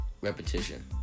repetition